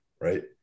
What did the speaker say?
right